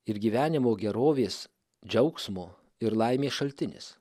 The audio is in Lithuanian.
ir gyvenimo gerovės džiaugsmo ir laimės šaltinis